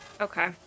Okay